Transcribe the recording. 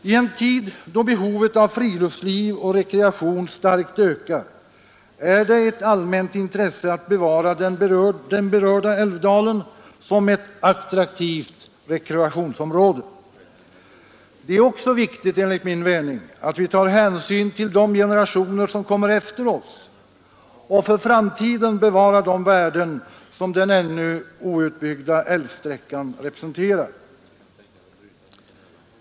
I en tid då behovet av friluftsliv och rekreation starkt ökar är det ett allmänt intresse att bevara den berörda älvdalen som ett attraktivt rekreationsområde. Det är också viktigt att vi tar hänsyn till de generationer som kommer efter oss och för framtiden bevarar de värden som den ännu outbyggda älvsträckan representerar.